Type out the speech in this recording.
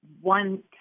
one